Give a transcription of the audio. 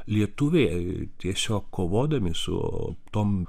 lietuviai tiesiog kovodami su tom